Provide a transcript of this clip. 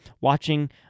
watching